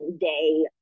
day